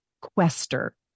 quester